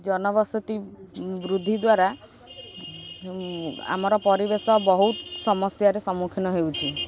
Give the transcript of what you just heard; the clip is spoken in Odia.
ଜନବସତି ବୃଦ୍ଧି ଦ୍ୱାରା ଆମର ପରିବେଶ ବହୁତ ସମସ୍ୟାରେ ସମ୍ମୁଖୀନ ହେଉଛି